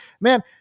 Man